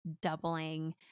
doubling